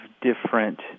different